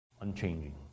Unchanging